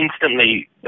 instantly